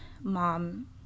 mom